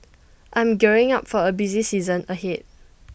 I am gearing up for A busy season ahead